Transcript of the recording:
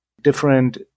different